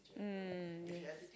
mm yes